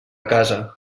casa